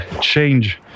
change